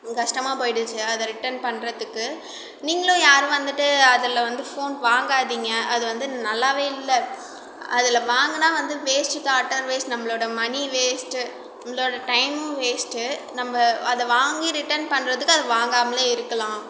கஷ்டமாக போய்டுச்சு அதை ரிட்டன் பண்ணுறதுக்கு நீங்களும் யாரும் வந்துட்டு அதில் வந்து ஃபோன் வாங்காதிங்கள் அது வந்து நல்லாவே இல்லை அதில் வாங்கினா வந்து வேஸ்ட்டு தான் அட்டர் வேஸ்ட் நம்மளோட மணி வேஸ்ட்டு நம்மளோடய டைமும் வேஸ்ட்டு நம்ம அதை வாங்கி ரிட்டன் பண்ணுறதுக்கு அதை வாங்காமலே இருக்கலாம்